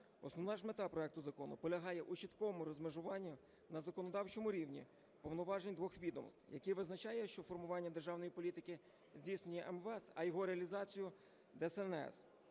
Основна ж мета проекту закону полягає у чіткому розмежуванні на законодавчому рівні повноважень двох відомств, який визначає, що формування державної політики здійснює МВС, а його реалізацію – ДСНС.